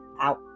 out